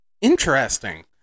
Interesting